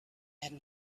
had